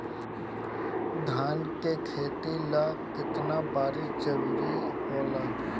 धान के खेती ला केतना बरसात जरूरी होला?